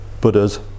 Buddha's